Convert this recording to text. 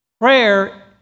Prayer